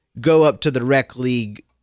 go-up-to-the-rec-league